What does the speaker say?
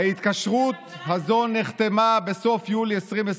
ההתקשרות הזאת נחתמה בסוף יולי 2021,